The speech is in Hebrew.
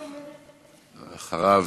אחריו,